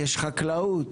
יש חקלאות,